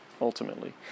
ultimately